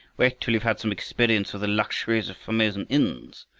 wait till you've had some experience of the luxuries of formosan inns.